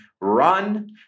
run